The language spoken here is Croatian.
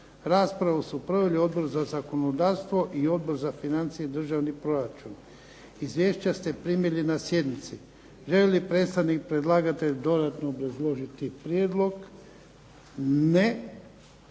Raspravu su proveli Odbor za zakonodavstvo i Odbor za financije i državni proračun. Izvješća ste primili na sjednici. Želi li predstavnik predlagatelja dodatno obrazložiti prijedlog? Ne. Želi